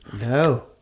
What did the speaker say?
No